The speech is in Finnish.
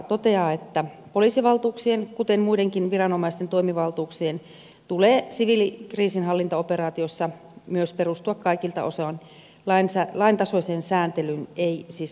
todetaan että poliisivaltuuksien kuten muidenkin viranomaisten toimivaltuuksien tulee myös siviilikriisinhallintaoperaatioissa perustua kaikilta osin lain tasoiseen sääntelyyn ei siis asetuksen tasoiseen